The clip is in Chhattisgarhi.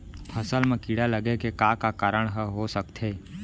फसल म कीड़ा लगे के का का कारण ह हो सकथे?